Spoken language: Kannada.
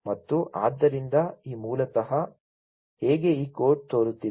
ಮತ್ತು ಆದ್ದರಿಂದ ಈ ಮೂಲತಃ ಹೇಗೆ ಈ ಕೋಡ್ ತೋರುತ್ತಿದೆ